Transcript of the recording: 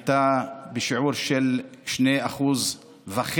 שהיה בשיעור של 2.5%,